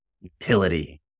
Utility